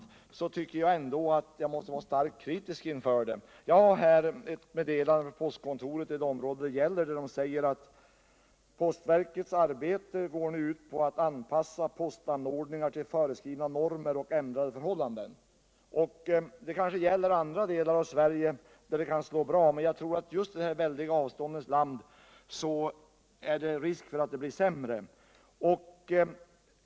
måste jag vara starkt kritisk inför det. Jag har i min hand ett meddelande från postkontoret i berört område, där det bl.a. framhålls: ”I postverkets arbete ingår bl.a. att följa utvecklingen på landsbygden och anpassa dess postanordningar till föreskrivna normer och ändrade förhållanden.” Detta kanske kan slå väl ut i andra delar av Sverige, men i detta de väldiga avståndens land är det risk för att förhållandena kan försämras.